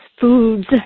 foods